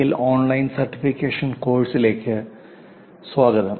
L online certification കോഴ്സുകളിലേക്ക് സ്വാഗതം